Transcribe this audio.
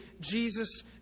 Jesus